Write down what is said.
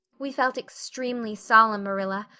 we felt extremely solemn, marilla.